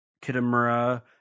kitamura